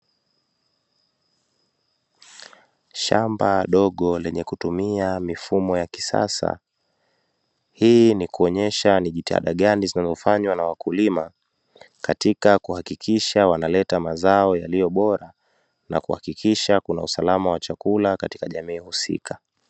Shamba dogo linalotumia mifumo ya kisasa, hii ni kuonyesha jitihada zinazofanywa na wakulima katika kuleta mazao bora na kuhakikisha kuna usalama wa chakula katika jamii husika.